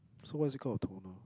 so why is call a toner